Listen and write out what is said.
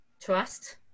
trust